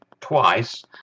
twice